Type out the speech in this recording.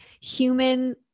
human